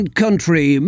country